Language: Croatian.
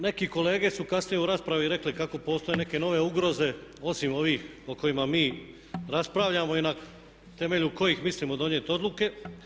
Neki kolege su kasnije u raspravi rekle kako postoje neke nove ugroze osim ovih o kojima mi raspravljamo i na temelju kojih mislimo donijeti odluke.